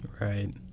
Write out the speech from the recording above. Right